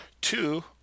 Two